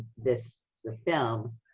this film.